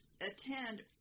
attend